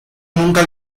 nunca